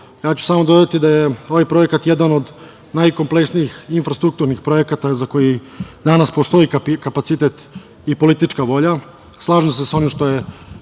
ja ću samo dodati da je ovaj projekat jedan od najkompleksnijih infrastrukturnih projekata za koji danas postoji kapacitet i politička volja. Slažem se sa onim što je